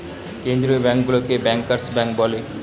কেন্দ্রীয় ব্যাঙ্কগুলোকে bankers bank বলে